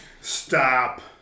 stop